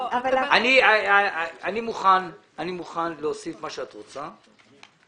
אני מוכן להוסיף מה שאת רוצה,